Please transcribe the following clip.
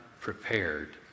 prepared